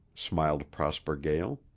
smiled prosper gael.